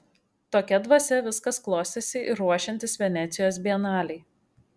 tokia dvasia viskas klostėsi ir ruošiantis venecijos bienalei